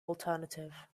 alternative